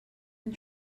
and